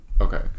Okay